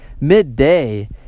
midday